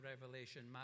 Revelation